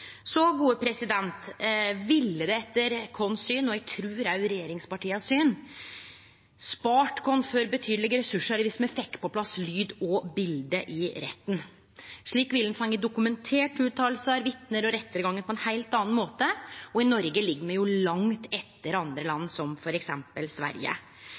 Så ville det etter vårt syn, og eg trur også etter synet til regjeringspartia, spart oss for betydelege ressursar dersom me fekk på plass lyd og bilde i retten. Slik ville ein ha fått dokumentert utsegner, vitne og rettargang på ein heilt annan måte, og i Noreg ligg me langt etter andre